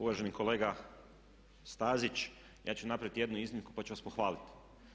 Uvaženi kolega Stazić, ja ću napraviti jednu iznimku pa ću vas pohvaliti.